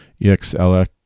EXLX